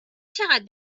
چقدر